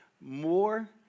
more